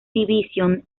division